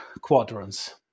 quadrants